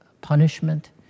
punishment